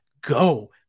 go